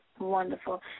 Wonderful